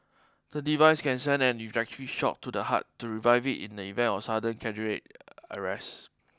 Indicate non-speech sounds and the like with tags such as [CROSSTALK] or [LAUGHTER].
the device can send an electric shock to the heart to revive it in the event of sudden cadre [NOISE] arrest